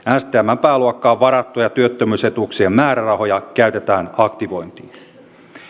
stmn pääluokkaan varattuja työttömyysetuuksien määrärahoja käytetään aktivointiin